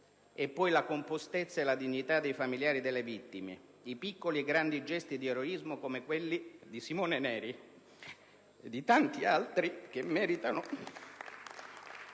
la compostezza e la dignità dei familiari delle vittime e i piccoli e grandi gesti di eroismo, come quelli di Simone Neri e di tanti altri, che meritano